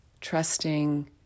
Trusting